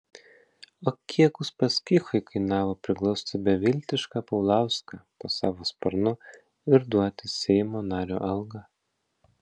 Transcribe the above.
o kiek uspaskichui kainavo priglausti beviltišką paulauską po savo sparnu ir duoti seimo nario algą